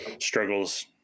struggles